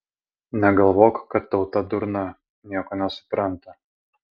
negalvok kad tauta durna nieko nesupranta